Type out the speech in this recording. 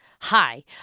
Hi